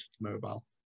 mobile